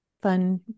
fun